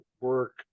work